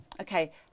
okay